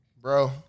Bro